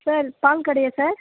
sir பால் கடையா sir